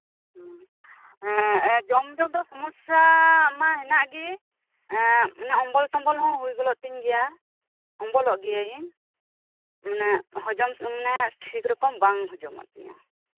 ᱦᱮᱸ ᱢᱟ ᱧᱩᱛᱮ ᱥᱚᱢᱚᱥᱥᱟ ᱢᱟ ᱦᱮᱱᱟᱜ ᱜᱮ ᱦᱮᱸ ᱚᱢᱵᱚᱞ ᱴᱚᱢᱵᱚᱞ ᱦᱚᱸ ᱦᱩᱭ ᱜᱚᱫᱚᱜ ᱛᱤᱧᱟ ᱚᱢᱵᱚᱞᱚᱜ ᱜᱤᱭᱟᱤᱧ ᱦᱚᱡᱚᱢ ᱢᱟᱱᱮ ᱴᱷᱤᱠ ᱨᱚᱠᱚᱢ ᱵᱟᱝ ᱦᱚᱡᱚᱢᱚᱜ ᱛᱤᱧᱟ